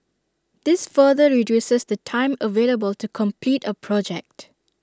this further reduces the time available to complete A project